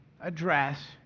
address